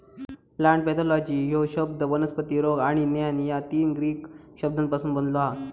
plant pathology ह्यो शब्द वनस्पती रोग आणि ज्ञान या तीन ग्रीक शब्दांपासून बनलो हा